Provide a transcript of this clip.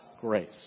grace